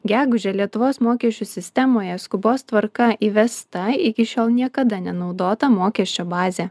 gegužę lietuvos mokesčių sistemoje skubos tvarka įvesta iki šiol niekada nenaudota mokesčio bazė